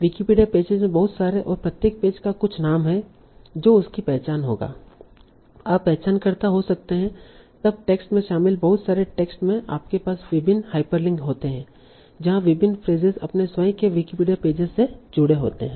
Wikipedia pages में बहुत सारे और प्रत्येक पेज का कुछ नाम है जो उसकी पहचान होगा आप पहचानकर्ता हो सकते हैं तब टेक्स्ट में शामिल बहुत सारे टेक्स्ट में आपके पास विभिन्न हाइपरलिंक होते हैं जहां विभिन्न फ्रेसेस अपने स्वयं के विकिपीडिया पेजेज से जुड़े होते हैं